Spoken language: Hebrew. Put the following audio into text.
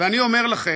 ואני אומר לכם,